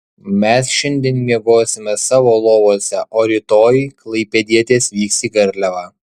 mes šiandien miegosime savo lovose o rytoj klaipėdietės vyks į garliavą